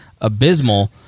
abysmal